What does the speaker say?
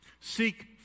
Seek